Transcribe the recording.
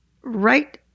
right